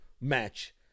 match